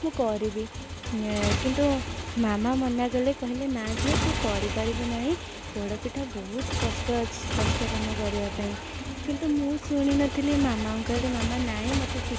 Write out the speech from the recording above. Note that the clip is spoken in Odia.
ମୁଁ କରିବି ଏ କିନ୍ତୁ ମାମା ମନା କଲେ କହିଲେ ନା ଝିଅ ତୁ କରିପାରିବୁନାହିଁ ପୋଡ଼ପିଠା ବହୁତ କଷ୍ଟ ଅଛି କଷ୍ଟ କାମ କରିବାପାଇଁ କିନ୍ତୁ ମୁଁ ଶୁଣିନଥିଲି ମାମାଙ୍କୁ କହିଲି ମାମା ନାଇଁ ମୋତେ ଶିଖ